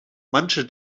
manche